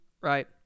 Right